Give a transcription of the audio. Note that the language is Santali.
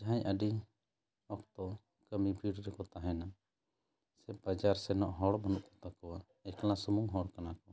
ᱡᱟᱦᱟᱭ ᱟᱹᱰᱤ ᱚᱠᱛᱚ ᱠᱟᱹᱢᱤ ᱵᱷᱤᱲ ᱨᱮᱠᱚ ᱛᱟᱦᱮᱱᱟ ᱥᱮ ᱵᱟᱡᱟᱨ ᱥᱮᱱᱚᱜ ᱦᱚᱲ ᱵᱟᱹᱱᱩᱜ ᱠᱚᱛᱟᱠᱚᱣᱟ ᱮᱠᱞᱟ ᱥᱩᱢᱩᱝ ᱦᱚᱲ ᱠᱟᱱᱟ ᱠᱚ